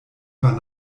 war